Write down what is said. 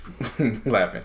laughing